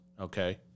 okay